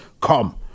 come